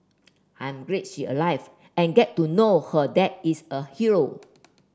I'm grid she alive and get to know her dad is a hero